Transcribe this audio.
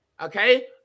Okay